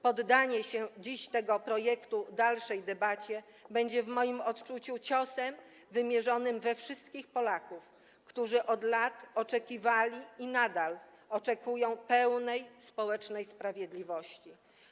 Poddanie dziś tego projektu dalszej debacie będzie w moim odczuciu ciosem wymierzonym we wszystkich Polaków, którzy od lat oczekiwali i nadal oczekują pełnej społecznej sprawiedliwości.